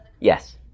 Yes